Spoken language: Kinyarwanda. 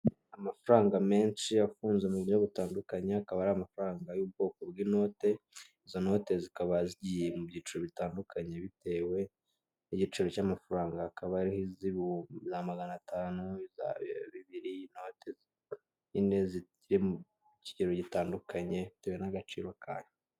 Amafaranga menshi afunze mu buryo butandukanye akaba ari amafaranga y'ubwoko bw'inote, izo note zikaba zigiye mu byiciro bitandukanye bitewe n'igiciro cy'amafaranga hakaba hariho hu magana atanu, bibiri, bine ziri mu kigero gitandukanye bitewe n'agaciro kayo.